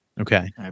Okay